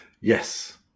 Yes